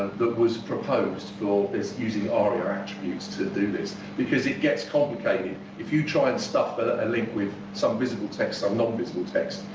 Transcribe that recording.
that was proposed for this, using aria attributes to do this. because it gets complicated. if you try and stuff but a link with some visible text and some non-visible text,